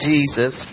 Jesus